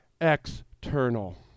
external